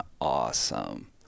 awesome